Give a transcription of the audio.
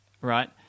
Right